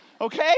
Okay